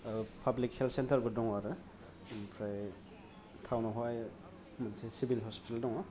public health सेन्टारबो दङ आरो आमफ्राय थाउनावहाय मोनसे सिभिल हस्पिटाल दङ